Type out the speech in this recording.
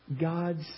God's